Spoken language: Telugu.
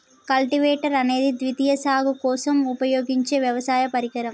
కల్టివేటర్ అనేది ద్వితీయ సాగు కోసం ఉపయోగించే వ్యవసాయ పరికరం